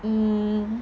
um